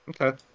Okay